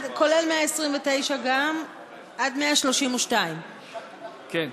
כולל 129, עד 132. כן.